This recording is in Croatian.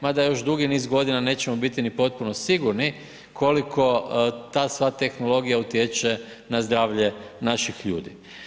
Mada još dugi niz godina nećemo biti ni potpuno sigurno, koliko ta sva tehnologija utječe na zdravlje naših ljudi.